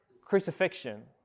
crucifixion